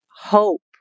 hope